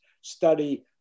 study